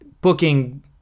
booking